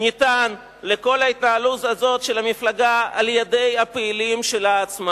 לכל ההתנהלות הזאת של המפלגה ניתן על-ידי הפעילים שלה עצמם.